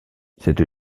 cette